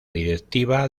directiva